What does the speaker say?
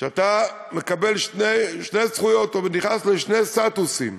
אתה מקבל שתי זכויות, או נכנס לשני סטטוסים: